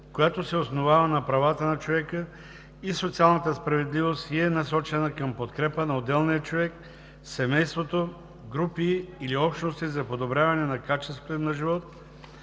която се основава на правата на човека и социалната справедливост и е насочена към подкрепа на отделния човек, семейството, групи или общности за подобряване на качеството им на живот